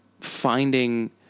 finding